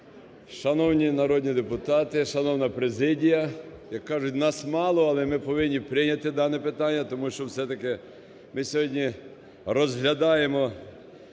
Шановні народні депутати! Шановна президія! Як кажуть, нас мало, але ми повинні прийняти дане питання, тому що все-таки ми сьогодні розглядаємо